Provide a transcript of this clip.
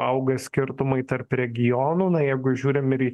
auga skirtumai tarp regionų na jeigu žiūrim ir į